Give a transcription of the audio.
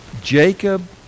Jacob